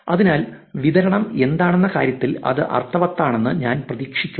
അതിനാൽ വിതരണം എന്താണെന്ന കാര്യത്തിൽ അത് അർത്ഥവത്താണെന്ന് ഞാൻ പ്രതീക്ഷിക്കുന്നു